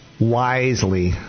wisely